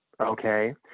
Okay